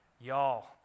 Y'all